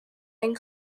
and